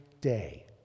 day